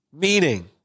Meaning